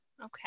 Okay